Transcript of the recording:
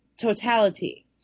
Totality